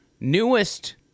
newest